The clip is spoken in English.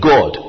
God